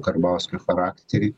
karbauskio charakterį